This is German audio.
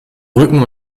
rücken